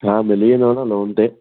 हा मिली वेंदव न लोन ते